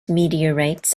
meteorites